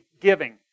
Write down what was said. giving